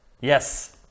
Yes